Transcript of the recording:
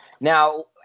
Now